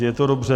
Je to dobře?